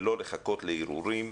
ולא לחכות לערעורים.